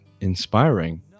inspiring